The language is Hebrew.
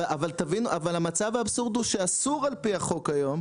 אבל האבסורד הוא שאסור על פי החוק היום,